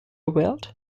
weald